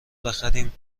بخریم